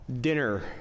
dinner